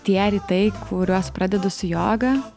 tie rytai kuriuos pradedu su joga